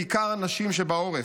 בעיקר הנשים שבעורף.